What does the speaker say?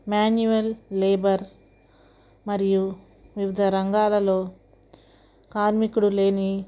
manual labour మరియు వివిధ రంగాల్లో కార్మికుడు లేని